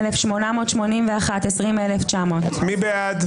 20,881 עד 20,900. מי בעד?